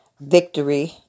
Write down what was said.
Victory